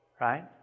Right